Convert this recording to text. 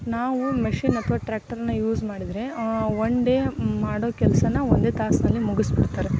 ನಾವು ಮೆಶೀನ್ ಅಥವಾ ಟ್ರಾಕ್ಟರನ್ನ ಯೂಸ್ ಮಾಡಿದರೆ ಒನ್ ಡೇ ಮಾಡೋ ಕೆಲಸನ ಒಂದೇ ತಾಸಲ್ಲಿ ಮುಗಿಸಿಬಿಡ್ತಾರೆ